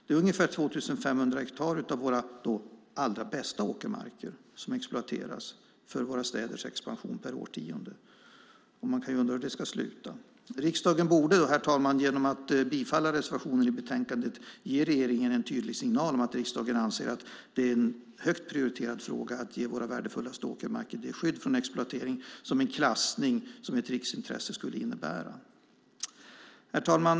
Det är ungefär 2 500 hektar av våra allra bästa åkermarker som exploateras per årtionde för våra städers expansion. Hur ska det sluta? Herr talman! Riksdagen borde genom att bifalla reservationen i betänkandet ge regeringen en tydlig signal om att riksdagen anser att det är en högt prioriterad fråga att ge våra värdefullaste åkermarker det skydd från exploatering som en klassning som ett riksintresse skulle innebära. Herr talman!